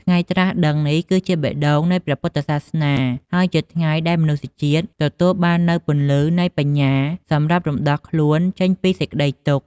ថ្ងៃត្រាស់ដឹងនេះ គឺជាបេះដូងនៃព្រះពុទ្ធសាសនា ហើយជាថ្ងៃដែលមនុស្សជាតិទទួលបាននូវពន្លឺនៃបញ្ញាសម្រាប់រំដោះខ្លួនចេញពីសេចក្ដីទុក្ខ។